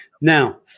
Now